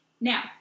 Now